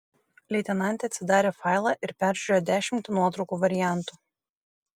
leitenantė atsidarė failą ir peržiūrėjo dešimtį nuotraukų variantų